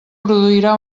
produirà